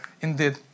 indeed